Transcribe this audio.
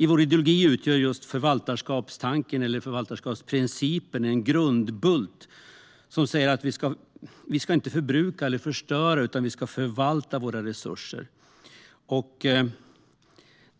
I vår ideologi utgör just förvaltarskapstanken eller förvaltarskapsprincipen en grundbult som säger att vi inte ska förbruka eller förstöra våra resurser utan förvalta